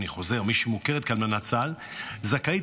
אני חוזר: מי שמוכרת כאלמנת צה"ל זכאית